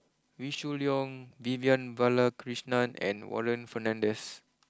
Wee Shoo Leong Vivian Balakrishnan and Warren Fernandez